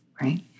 Right